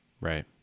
Right